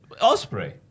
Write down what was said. Osprey